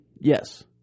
Yes